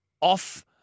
off